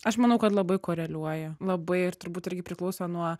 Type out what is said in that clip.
aš manau kad labai koreliuoja labai ir turbūt irgi priklauso nuo